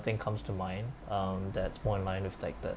another thing comes to mind um that's more in line with like the